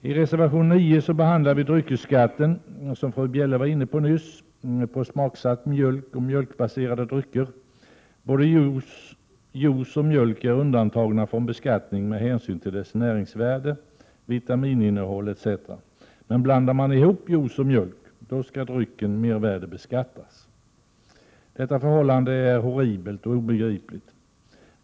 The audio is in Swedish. I reservation 9 behandlar vi dryckesskatten, som fru Bjelle var inne på nyss, på smaksatt mjölk och mjölkbaserade drycker. Både juice och mjölk är undantagna från beskattning med hänsyn till deras näringsvärde, vitamininnehåll etc. Men blandar man ihop juice och mjölk skall drycken mervärdebeskattas. Detta förhållande är horribelt och obegripligt.